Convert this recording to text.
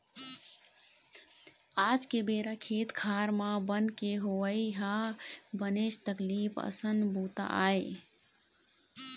आज के बेरा खेत खार म बन के होवई ह बनेच तकलीफ असन बूता आय